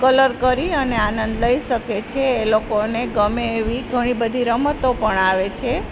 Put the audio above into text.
colour કરી અને આનંદ લઈ શકે છે એ લોકોને ગમે એવી ઘણી બધી રમતો પણ આવે છે